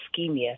ischemia